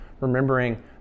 remembering